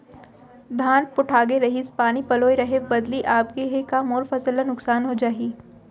धान पोठागे रहीस, पानी पलोय रहेंव, बदली आप गे हे, का मोर फसल ल नुकसान हो जाही?